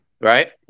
Right